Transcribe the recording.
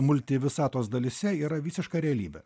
multivisatos dalyse yra visiška realybė